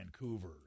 Vancouver